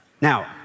Now